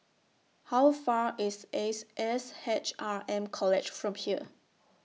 How Far away IS Ace S H R M College from here